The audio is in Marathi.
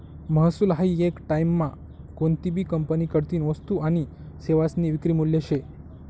महसूल हायी येक टाईममा कोनतीभी कंपनीकडतीन वस्तू आनी सेवासनी विक्री मूल्य शे